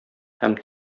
һәм